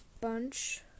bunch